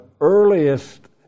earliest